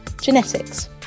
genetics